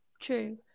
True